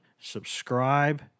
subscribe